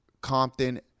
Compton